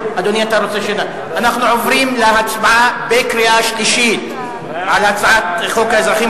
אנחנו עוברים להצבעה על הצעת חוק האזרחים